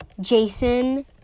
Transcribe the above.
Jason